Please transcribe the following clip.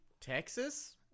Texas